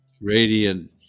Radiant